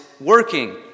working